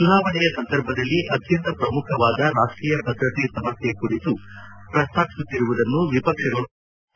ಚುನಾವಣೆಯ ಸಂದರ್ಭದಲ್ಲಿ ಅತ್ತಂತ ಪ್ರಮುಖವಾದ ರಾಷ್ಷೀಯ ಭದ್ರತೆ ಸಮಸ್ನೆಯ ಕುರಿತು ಶ್ರಸ್ತಾಪಿಸುತ್ತಿರುವುದನ್ನು ವಿಪಕ್ಷಗಳು ಟೀಕಿಸುತ್ತಿವೆ